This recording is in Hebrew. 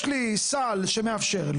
אז אני אמרתי לה אם את רוצה שלא נשלם נסיעות,